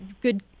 good